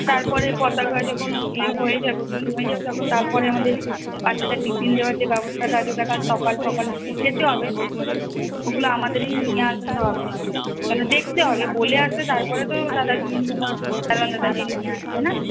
তারপরে পতাকা যখন এ হয়ে যাবে উত্তোলন হয়ে যাবে তখন তারপরে আমাদের বাচ্চাদের টিফিন দেওয়ার যে ব্যবস্থাটা আছে ওটা কাল সকাল সকাল যেতে হবে ওগুলো আমাদেরই নিয়ে আসতে হবে মানে দেখতে হবে বলে আসলে তারপরে তো দাদা গিয়ে নি সালাম দাদা গিয়ে নিয়ে আসবে না